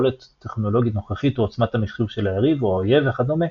יכולת טכנולוגית נוכחית או עוצמת המחשוב של היריב או האויב וכדומה.